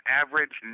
average